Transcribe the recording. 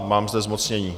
Mám zde zmocnění.